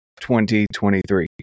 2023